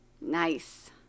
Nice